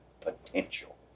potential